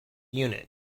unit